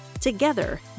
Together